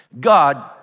God